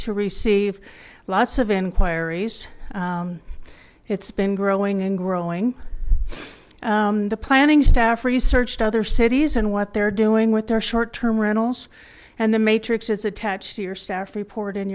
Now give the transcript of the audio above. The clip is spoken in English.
to receive lots of inquiries it's been growing and growing the planning staff researched other cities and what they're doing with their short term rentals and the matrix is attached to your staff report in